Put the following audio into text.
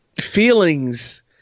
feelings